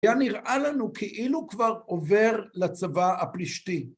היה נראה לנו כאילו כבר עובר לצבא הפלישתי.